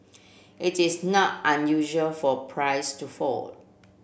it is not unusual for price to fall